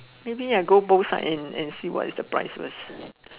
maybe I go both side and and see what is the price first